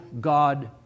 God